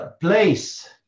place